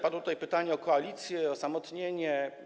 Padło tutaj pytanie o koalicję, osamotnienie.